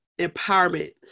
empowerment